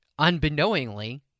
unbeknowingly